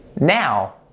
Now